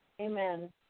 Amen